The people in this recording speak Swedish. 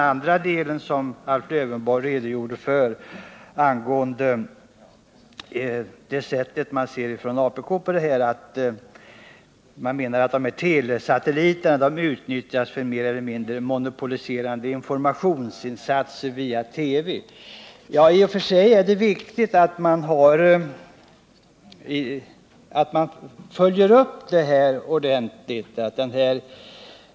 Alf Lövenborg redovisade också det som sägs i motionen om att telesatelliterna utnyttjas för mer eller mindre monopoliserade informationsinsatser via TV. I och för sig är det viktigt att följa upp detta ordentligt.